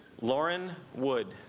lauren would